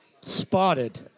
Spotted